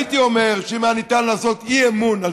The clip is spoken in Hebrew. הייתי אומר שאם היה ניתן לעשות אי-אמון על